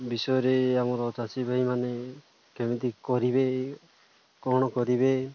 ବିଷୟରେ ଆମର ଚାଷୀ ଭାଇମାନେ କେମିତି କରିବେ କ'ଣ କରିବେ